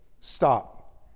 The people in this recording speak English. stop